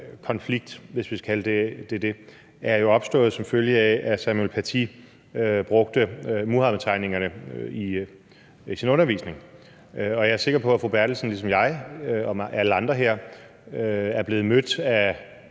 konflikt, hvis vi skal kalde den det, er jo opstået som følge af, at Samuel Paty brugte Muhammedtegningerne i sin undervisning. Og jeg er sikker på, at fru Berthelsen ligesom mig og alle andre her er blevet mødt af